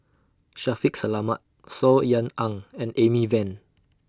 Shaffiq Selamat Saw Ean Ang and Amy Van